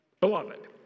Beloved